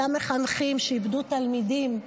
אותם מחנכים שאיבדו תלמידים.